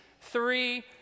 three